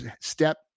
step